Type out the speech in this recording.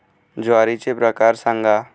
ज्वारीचे प्रकार सांगा